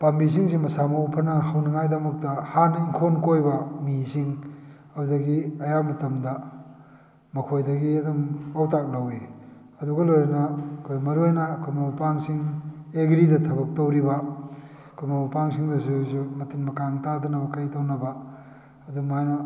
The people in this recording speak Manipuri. ꯄꯥꯝꯕꯤꯁꯤꯡꯁꯤ ꯃꯁꯥ ꯃꯎ ꯐꯅ ꯍꯧꯅꯉꯥꯏꯗꯃꯛꯇ ꯍꯥꯟꯅ ꯏꯪꯈꯣꯟ ꯀꯣꯏꯕ ꯃꯤꯁꯤꯡ ꯑꯗꯨꯗꯒꯤ ꯑꯌꯥꯝꯕ ꯃꯇꯝꯗ ꯃꯈꯣꯏꯗꯒꯤ ꯑꯗꯨꯝ ꯄꯥꯎꯇꯥꯛ ꯂꯧꯏ ꯑꯗꯨꯒ ꯂꯣꯏꯅꯅ ꯑꯩꯈꯣꯏ ꯃꯔꯨ ꯑꯣꯏꯅ ꯑꯩꯈꯣꯏ ꯃꯔꯨꯞ ꯃꯄꯥꯡꯁꯤꯡ ꯑꯦꯒ꯭ꯔꯤꯗ ꯊꯕꯛ ꯇꯧꯔꯤꯕ ꯑꯩꯈꯣꯏ ꯃꯔꯨꯞ ꯃꯄꯥꯡꯁꯤꯡꯗꯩꯁꯨ ꯃꯇꯤꯟ ꯃꯀꯥꯡ ꯇꯥꯗꯅꯕ ꯀꯔꯤ ꯇꯧꯅꯕ ꯑꯗꯨꯝ ꯍꯥꯏꯅ